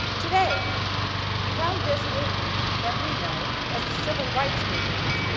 today from this movement that we know as the civil rights movement,